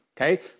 Okay